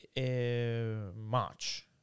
March